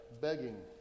begging